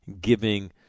giving